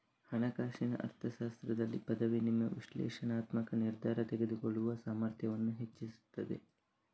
ಹಣಕಾಸಿನ ಅರ್ಥಶಾಸ್ತ್ರದಲ್ಲಿ ಪದವಿ ನಿಮ್ಮ ವಿಶ್ಲೇಷಣಾತ್ಮಕ ನಿರ್ಧಾರ ತೆಗೆದುಕೊಳ್ಳುವ ಸಾಮರ್ಥ್ಯವನ್ನ ಹೆಚ್ಚಿಸ್ತದೆ